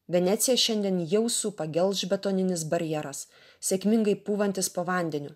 veneciją šiandien jau supa gelžbetoninis barjeras sėkmingai pūvantis po vandeniu